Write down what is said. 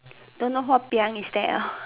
don't know what piang is that hor